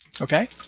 Okay